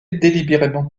délibérément